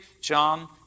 John